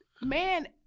man